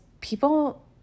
people